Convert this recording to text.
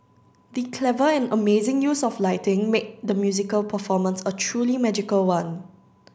the clever and amazing use of lighting made the musical performance a truly magical one